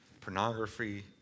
pornography